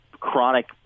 chronic